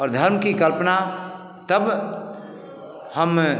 और धर्म की कल्पना तब हम